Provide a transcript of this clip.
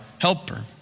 helper